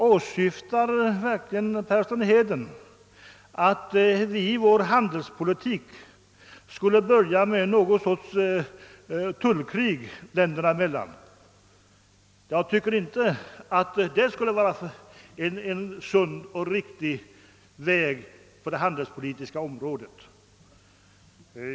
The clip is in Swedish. Menar verkligen herr Persson i Heden, att vi i vår handelspolitik skulle inleda något slags tullkrig mellan länderna? Detta vore inte någon sund och riktig väg på det handelspolitiska området.